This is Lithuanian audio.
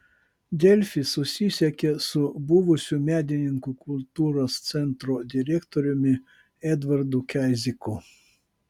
delfi susisiekė su buvusiu medininkų kultūros centro direktoriumi edvardu keiziku